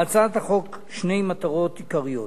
להצעת החוק שתי מטרות עיקריות: